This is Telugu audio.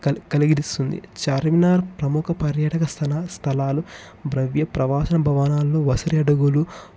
కలిగిదిస్తుంది చార్మినార్ ప్రముఖ పర్యాటక స్థల స్థలాలు భ్రవ్య ప్రవాహన భవనాలు వసిరేటగులు